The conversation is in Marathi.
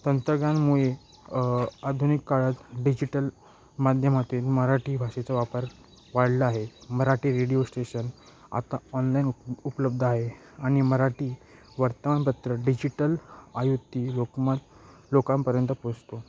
तंत्रज्ञानामुळे आधुनिक काळात डिजिटल माध्यमातील मराठी भाषेचा वापर वाढला आहे मराठी रेडिओ स्टेशन आता ऑनलाईन उप उपलब्ध आहे आणि मराठी वर्तमानपत्र डिजिटल आवृत्ती लोकमत लोकांपर्यंत पोचतो